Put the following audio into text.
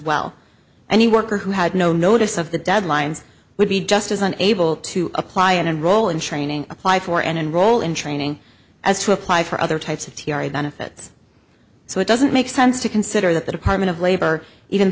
well and he worker who had no notice of the deadlines would be just as unable to apply and enroll in training apply for and enroll in training as to apply for other types of benefits so it doesn't make sense to consider that the department of labor even